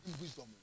wisdom